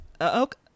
okay